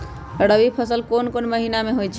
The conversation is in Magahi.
रबी फसल कोंन कोंन महिना में होइ छइ?